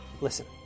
Listen